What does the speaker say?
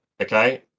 okay